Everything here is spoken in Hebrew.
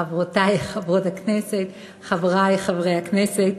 חברותי חברות הכנסת, חברי חברי הכנסת,